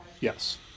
Yes